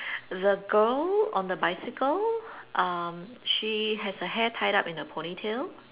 the girl on the bicycle um she has her hair tied up in a ponytail